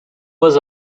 was